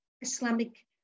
Islamic